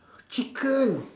chicken